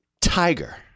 tiger